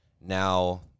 now